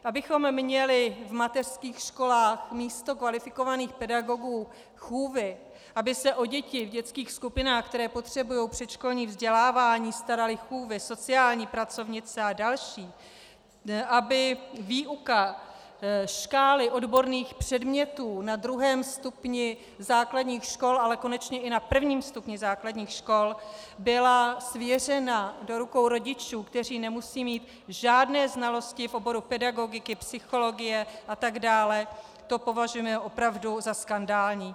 Abychom měli v mateřských školách místo kvalifikovaných pedagogů chůvy, aby se o děti v dětských skupinách, které potřebují předškolní vzdělávání, staraly chůvy, sociální pracovnice a další, aby výuka škály odborných předmětů na druhém stupni základních škol, ale konečně i na prvním stupni základních škol byla svěřena do rukou rodičů, kteří nemusí mít žádné znalosti oboru pedagogiky, psychologie atd., to považujeme opravdu za skandální.